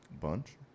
bunch